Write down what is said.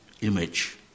image